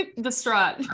Distraught